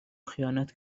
خیانت